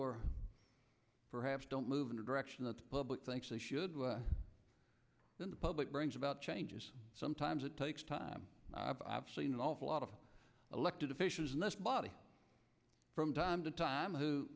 or perhaps don't move in a direction that the public thinks they should then the public brings about changes sometimes it takes time i've seen an awful lot of elected officials and body from time to time who